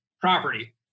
property